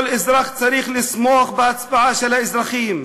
כל אזרח צריך לשמוח בהצבעה של האזרחים,